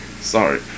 Sorry